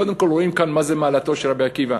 קודם כול רואים כאן מה זו מעלתו של רבי עקיבא,